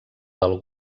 del